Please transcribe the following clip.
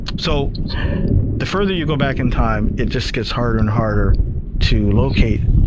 so the further you go back in time, it just gets harder and harder to locate